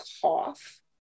cough